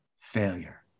failure